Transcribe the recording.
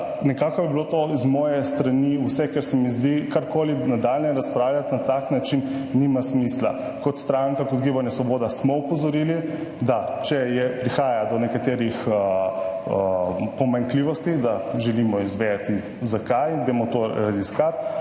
nekako je bilo to z moje strani vse, kar se mi zdi, karkoli nadaljnje razpravljati na tak način nima smisla. Kot stranka, kot Gibanje Svoboda smo opozorili, da če je, prihaja do nekaterih pomanjkljivosti, da želimo izvedeti zakaj, dajmo to raziskati,